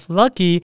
lucky